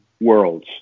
worlds